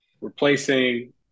replacing